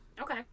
Okay